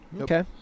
Okay